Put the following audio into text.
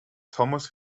thomas